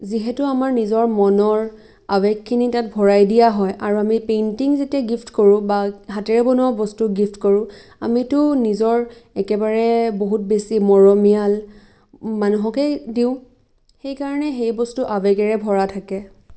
যিহেতু আমাৰ নিজৰ মনৰ আৱেগখিনি তাত ভৰাই দিয়া হয় আৰু আমি পেইন্টিং যেতিয়া গিফ্ট কৰোঁ বা হাতেৰে বনোৱা বস্তু গিফ্ট কৰোঁ আমিতো নিজৰ একেবাৰে বহুত বেছি মৰমীয়াল মানুহকেই দিওঁ সেইকাৰণে সেই বস্তুতো আৱেগেৰে ভৰা থাকে